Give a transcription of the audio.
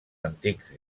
antics